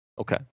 Okay